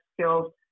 skills